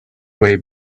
way